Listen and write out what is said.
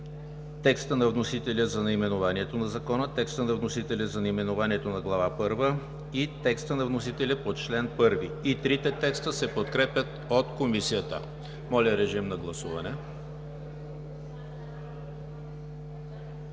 текста на вносителя за наименованието на Закона, текста на вносителя за наименованието на Глава първа и текста на вносителя по чл. 1 – и трите текста се подкрепят от Комисията. Гласували